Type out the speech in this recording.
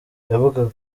yavugaga